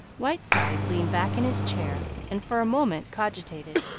whiteside leaned back in his chair and for a moment cogitated.